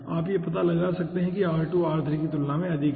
आप यहां पता लगा सकते हैं कि r2 r3 की तुलना में अधिक है